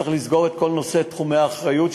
צריך לסגור את כל נושא תחומי האחריות,